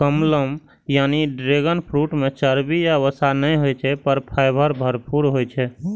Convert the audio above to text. कमलम यानी dragon fruit मे चर्बी या वसा नै होइ छै, पर फाइबर भरपूर होइ छै